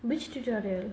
which tutorial